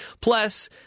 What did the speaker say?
Plus